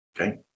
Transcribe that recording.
Okay